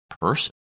person